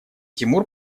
тимур